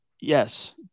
yes